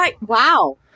Wow